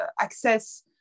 access